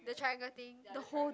the triangle thing the whole